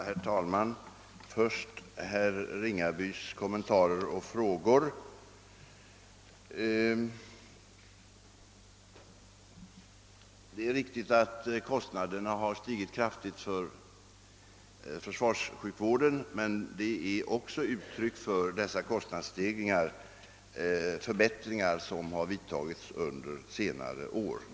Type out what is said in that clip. Herr talman! Jag vill först ta upp herr Ringabys kommentarer och frågor. Det är riktigt att kostnaderna stigit kraftigt för försvarssjukvården, men dessa kostnadsstegringar hänför sig delvis till de förbättringar som vidtagits under senare år.